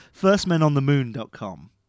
firstmenonthemoon.com